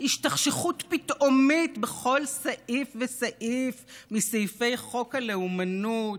השתכשכות פתאומית בכל סעיף וסעיף מסעיפי חוק הלאומנות,